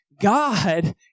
God